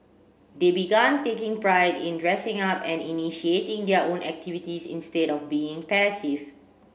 they began taking pride in dressing up and initiating their own activities instead of being passive